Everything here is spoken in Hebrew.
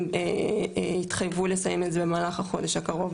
הם התחייבו לסיים את זה במהלך החודש הקרוב,